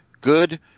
good